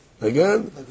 again